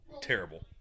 Terrible